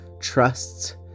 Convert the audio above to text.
trusts